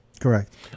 Correct